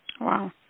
Wow